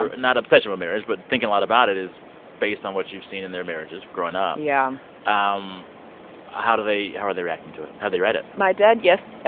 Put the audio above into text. not obsession with marriage but thinking a lot about it is based on what you've seen in their marriages growing up yeah um how do they how are they reacting to it? have they read it? my dad, yes.